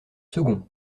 second